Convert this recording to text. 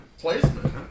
placement